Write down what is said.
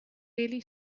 really